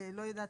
לא יודעת,